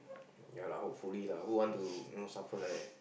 ya lah hopefully lah who want to you know suffer like that